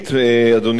אדוני היושב-ראש,